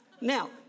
Now